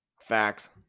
Facts